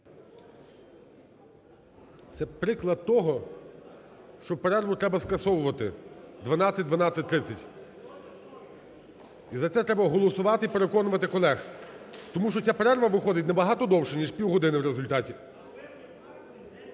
Це приклад того, що перерву треба скасовувати в 12:00-12:30. І за це треба голосувати, і переконувати колег. Тому що ця перерви виходить набагато довша, ніж півгодини в результаті.